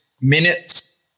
minutes